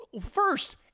First